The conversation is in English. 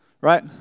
right